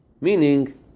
Meaning